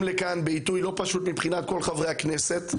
לכאן בעיתוי לא פשוט מבחינת כל חברי הכנסת,